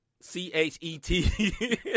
C-H-E-T